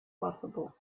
possible